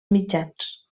mitjans